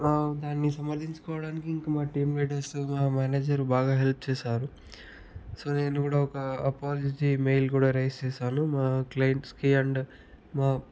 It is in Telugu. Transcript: దాన్ని సమర్ధించుకోడానికి ఇంక మా టీమ్ లీడర్సు మా మేనేజరు బాగా హెల్ప్ చేశారు సో నేను కూడా ఒక అపాలజీ మెయిల్ కూడా రైజ్ చేశాను మా క్లయింట్స్కి అండ్ మా